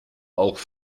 auch